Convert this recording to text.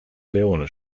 leone